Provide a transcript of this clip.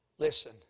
Listen